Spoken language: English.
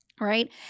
right